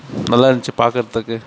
நல்லாருந்துச்சி பார்க்கறத்துக்கு